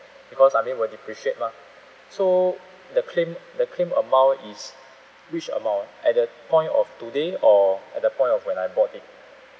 because I mean will depreciate mah so the claim the claim amount is which amount at that point of today or at the point of when I bought it